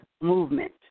movement